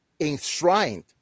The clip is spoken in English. enshrined